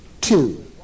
Two